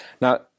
Now